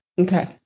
Okay